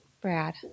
Brad